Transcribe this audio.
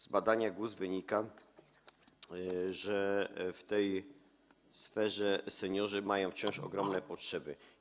Z badania GUS wynika, że w tej sferze seniorzy mają wciąż ogromne potrzeby.